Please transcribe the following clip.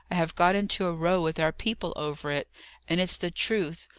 i have got into a row with our people over it and it's the truth.